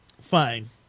Fine